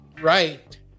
right